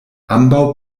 ambaŭ